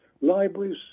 libraries